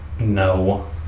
No